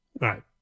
Right